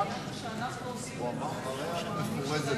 העניין הוא שאנחנו עושים את זה,